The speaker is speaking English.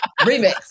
Remix